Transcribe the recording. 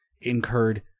incurred